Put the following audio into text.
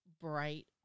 bright